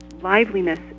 liveliness